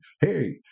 Hey